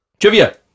Trivia